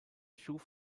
schuf